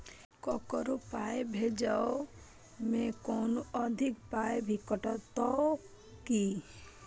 ककरो पाय भेजै मे कोनो अधिक पाय भी कटतै की?